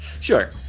Sure